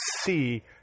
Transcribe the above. see